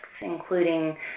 including